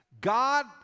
God